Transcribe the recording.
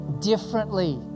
differently